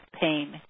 pain